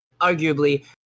arguably